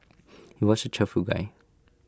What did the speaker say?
he was A cheerful guy